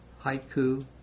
haiku